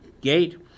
gate